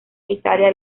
italia